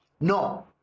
no